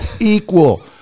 equal